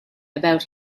about